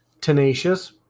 tenacious